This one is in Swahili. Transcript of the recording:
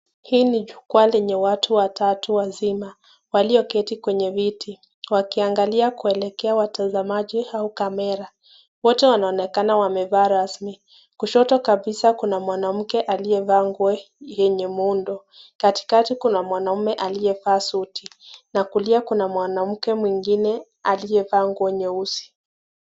Hii ni jukwa lenye watu watatu wazima walioketi kwenye viti wakiangalia kuelekea watazamaji au kamera. Wote wanaonekana wamevaa rasmi. Kushoto kabisa kuna mwanamke aliyevaa nguo yenye muundo. Katikati kuna mwanume aliyevaa suti na kulia kuna mwanamke mwingine aliyevaa nguo nyeusi.